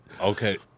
Okay